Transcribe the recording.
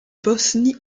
bosnie